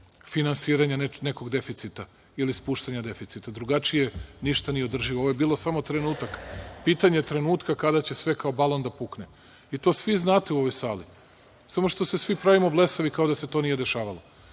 finansiranja nekog deficita ili spuštanja deficita. Drugačije ništa nije bilo održivo, ovo je bio samo trenutak. Pitanje je trenutka kada će sve kao balon da pukne i to svi znate u ovoj sali, samo što se svi pravimo blesavi kao da se to nije dešavalo.